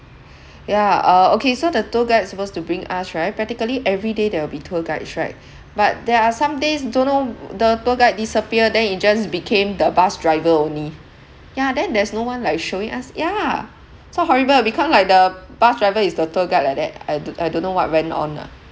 yeah uh okay so the tour guide supposed to bring us right practically everyday there will be tour guides right but there are some days don't know the tour guide disappear then it just became the bus driver only ya then there's no one like showing us yeah so horrible because like the bus driver is the tour guide like that I do~ I don't know what went on ah